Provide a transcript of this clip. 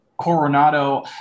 Coronado